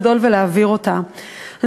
לעשות מאמץ גדול ולהעביר אותה היום.